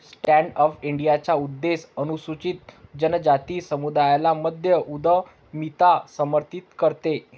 stand up इंडियाचा उद्देश अनुसूचित जनजाति समुदायाला मध्य उद्यमिता समर्थित करते